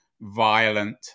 violent